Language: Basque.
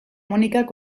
monikak